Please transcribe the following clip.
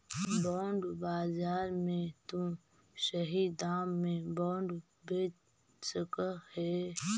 bond बाजार में तु सही दाम में बॉन्ड बेच सकऽ हे